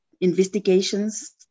investigations